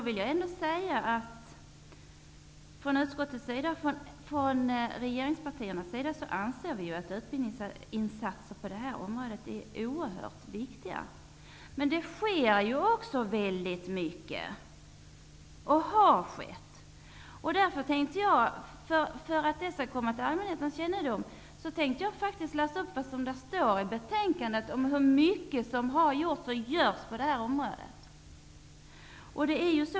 Vi som i utskottet representerar regeringspartierna anser att utbildningsinsatser på detta område är oerhört viktiga, men att det också sker och har skett mycket på detta område. För att detta skall komma till allmänhetens kännedom skall jag läsa upp vad som anförs i betänkandet om hur mycket som har gjorts och görs på detta område.